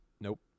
Nope